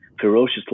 ferociously